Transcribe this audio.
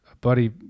buddy